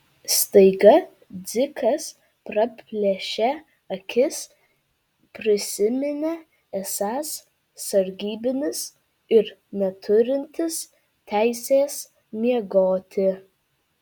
staiga dzikas praplėšė akis prisiminė esąs sargybinis ir neturintis teisės miegoti